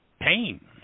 pain